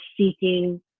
seeking